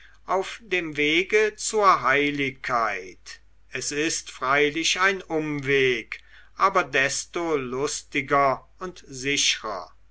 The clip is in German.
rauf dem wege zur heiligkeit es ist freilich ein umweg aber desto lustiger und sichrer